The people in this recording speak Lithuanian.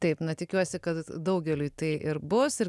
taip na tikiuosi kad daugeliui tai ir bus ir